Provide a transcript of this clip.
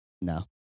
No